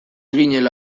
ginela